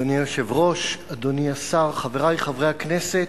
אדוני היושב-ראש, אדוני השר, חברי חברי הכנסת,